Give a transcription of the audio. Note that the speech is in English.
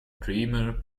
dreamer